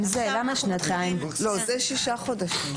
זה שישה חודשים מיום התחילה.